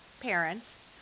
parents